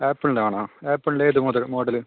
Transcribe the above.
ആപ്പിളിൻ്റെ വേണോ ആപ്പിളിൻ്റെ ഏത് മുതൽ മോഡൽ